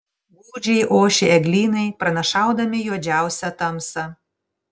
gūdžiai ošė eglynai pranašaudami juodžiausią tamsą